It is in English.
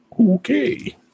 Okay